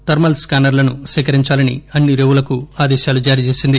thermal స్కానర్లను సేకరించాలని అన్ని రేవులకు ఆదేశాలు జారీచేసింది